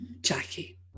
Jackie